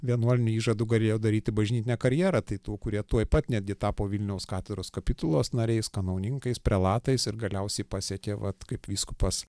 vienuolinių įžadų galėjo daryti bažnytinę karjerą tai tų kurie tuoj pat netgi tapo vilniaus katedros kapitulos nariais kanauninkais prelatais ir galiausiai pasiekė vat kaip vyskupas